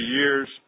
years